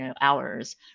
hours